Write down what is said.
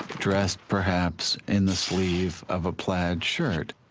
dressed perhaps in the sleeve of a plaid shirt,